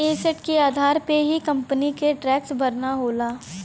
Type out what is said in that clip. asset के आधार पे ही कंपनी के टैक्स भरना होला